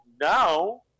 now